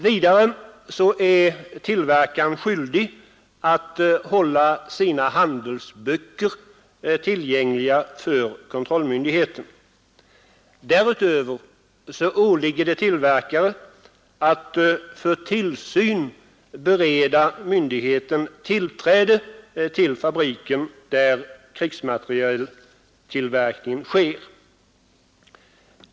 Vidare är tillverkaren skyldig att hålla sina handelsböcker tillgängliga för kontrollmyndigheten. Därutöver åligger det tillverkaren att för tillsyn bereda myndigheten tillträde till den fabrik där krigsmaterieltillverkning sker.